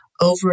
over